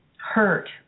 hurt